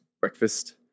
breakfast